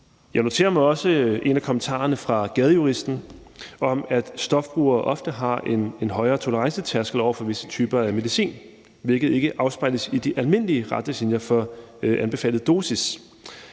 Jeg noterer mig også en af kommentarerne fra Gadejuristen om, at stofbrugere ofte har en højere tolerancetærskel over for visse typer af medicin, hvilket ikke afspejles i de almindelige retningslinjer for anbefalet dosis.